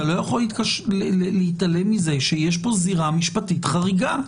אתה לא יכול להתעלם מזה שיש פה זירה משפטית חריגה.